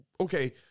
okay